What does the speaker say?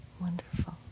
Wonderful